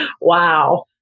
wow